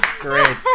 Great